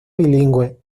bilingüe